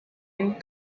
and